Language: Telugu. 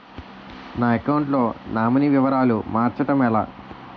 నా అకౌంట్ లో నామినీ వివరాలు మార్చటం ఎలా?